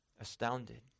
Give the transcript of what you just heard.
Astounded